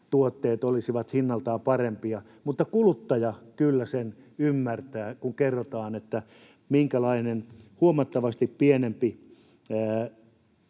tuotteet olisivat hinnaltaan parempia. Mutta kuluttaja kyllä sen ymmärtää, kun kerrotaan, minkälainen huomattavasti pienempi